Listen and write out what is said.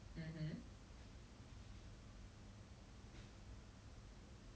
hundred K eh that's quite a lot leh both you and I combined don't have one hundred K